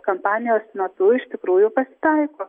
kampanijos metu iš tikrųjų pasitaiko